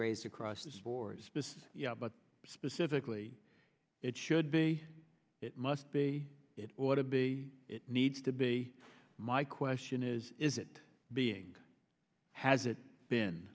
raised across as for specific but specifically it should be it must be it ought to be it needs to be my question is is it being has it been